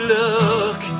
look